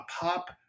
pop